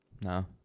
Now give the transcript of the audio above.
No